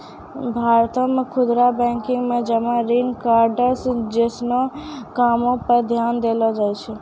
भारतो मे खुदरा बैंकिंग मे जमा ऋण कार्ड्स जैसनो कामो पे ध्यान देलो जाय छै